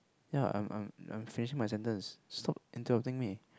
ya I'm I'm I'm finishing my sentence stop interrupting me